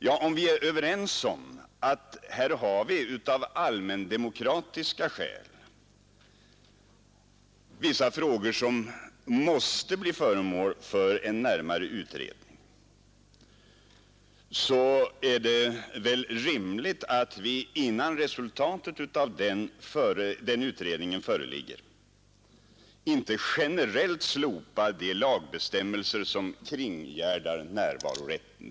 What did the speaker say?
Ja, är vi överens om att vissa frågor av allmändemokratiska skäl måste bli föremål för närmare utredning, så är det väl inte rimligt att vi innan resultatet av den utredningen föreligger generellt slopar de lagbestämmelser som kringgärdar närvarorätten.